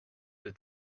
the